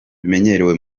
bimenyerewe